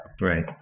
Right